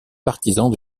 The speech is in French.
partisans